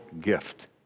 gift